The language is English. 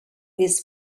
this